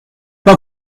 pas